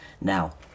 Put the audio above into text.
Now